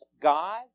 God